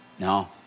No